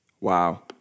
Wow